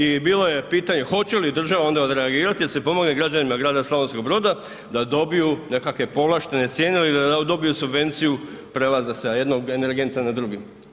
I bilo je pitanje hoće li država onda odreagirati da se pomogne građanima grada Slavonskog Broda da dobiju nekakve povlaštene cijene ili da dobiju subvenciju prelaza sa jednog energenta na drugi.